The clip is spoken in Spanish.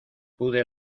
pude